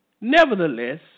Nevertheless